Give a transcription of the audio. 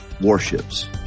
warships